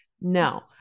No